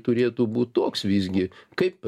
turėtų būt toks visgi kaip